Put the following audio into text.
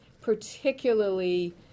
particularly